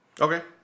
Okay